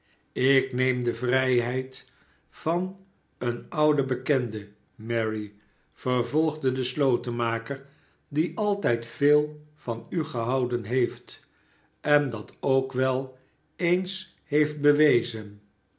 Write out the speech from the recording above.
ik neem de vrijheid van een ouden bekende mary vervolgde de slotenmaker die altijd veel van u gehouden heeft en dat k wel eens heeft bewezen